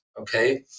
okay